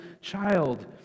child